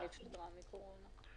נכון.